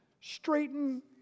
Straighten